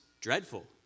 dreadful